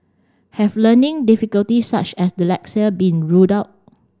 have learning difficulties such as dyslexia been ruled out